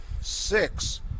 six